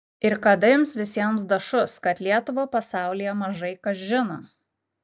ir kada jums visiems dašus kad lietuvą pasaulyje mažai kas žino